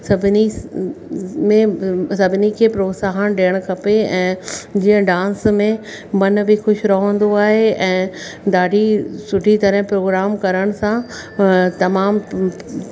सभिनी में सभिनी के प्रोत्साहन ॾियण खपे ऐं जीअं डांस में मन बि ख़ुशि रहंदो आहे ऐं ॾाढी सुठी तरह प्रोग्राम करण सां तमामु